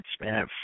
man